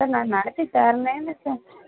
sir நான் நடத்தி தரலைன்னு சொல்